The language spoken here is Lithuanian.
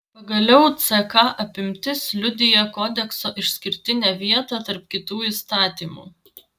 pagaliau ck apimtis liudija kodekso išskirtinę vietą tarp kitų įstatymų